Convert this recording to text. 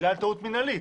בגלל טעות מינהלית.